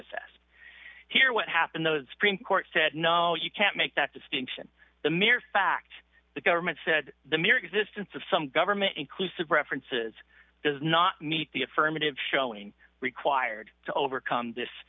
assessed here what happened those print court said no you can't make that distinction the mere fact the government said the mere existence of some government inclusive references does not meet the affirmative showing required to overcome this